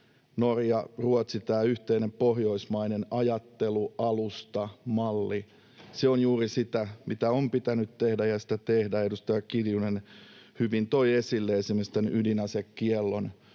Norja, Ruotsi, tämä yhteinen pohjoismainen ajattelualusta, malli — se on juuri sitä, mitä on pitänyt tehdä, ja sitä tehdään. Edustaja Kiljunen hyvin toi esille esimerkiksi tämän ydinasekiellon